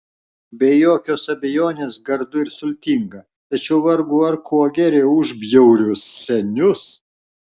be jokios abejonės gardu ir sultinga tačiau vargu ar kuo geriau už bjaurius senius